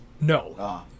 No